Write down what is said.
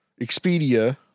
Expedia